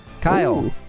Kyle